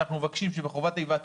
אנחנו מבקשים שבחובת ההיוועצות,